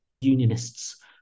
unionists